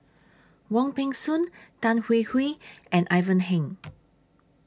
Wong Peng Soon Tan Hwee Hwee and Ivan Heng